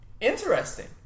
Interesting